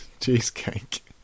Cheesecake